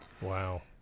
Wow